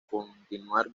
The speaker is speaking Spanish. continuar